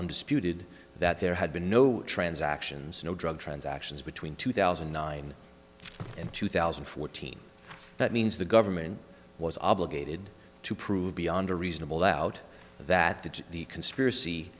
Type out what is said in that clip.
undisputed that there had been no transactions no drug transactions between two thousand and nine and two thousand and fourteen that means the government was obligated to prove beyond a reasonable doubt that the the conspiracy